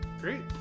Great